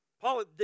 Paul